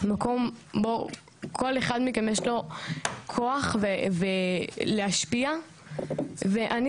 מקום בו לכל אחד מכם יש כוח להשפיע ואני